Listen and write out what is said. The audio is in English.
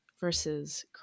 versus